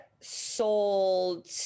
sold